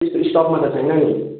त्यस्तो स्टकमा त छैन नि